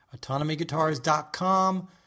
autonomyguitars.com